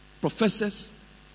professors